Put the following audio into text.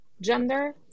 gender